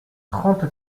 trente